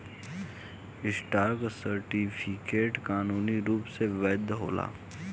stock certificate कानूनी रूप से वैध होला